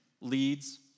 leads